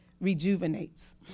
Rejuvenates